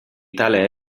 tale